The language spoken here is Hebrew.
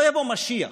לא יבוא משיח,